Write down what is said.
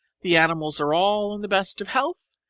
the animals are all in the best of health.